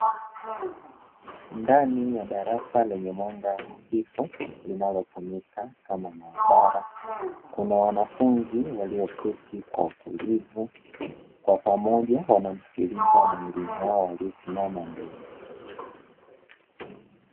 Ndani ya darasa lenye mwanga hafifu linalotumika kama maabara kuna wanafunzi walioketi kwa utulivu, kwa pamoja wanamsikiliza mwalimu wao aliyesimama mbele.